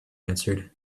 answered